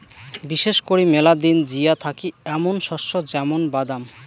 বিশেষ করি মেলা দিন জিয়া থাকি এ্যামুন শস্য য্যামুন বাদাম